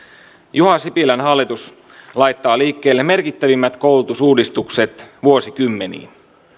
juha sipilän hallitus laittaa liikkeelle merkittävimmät koulutusuudistukset vuosikymmeniin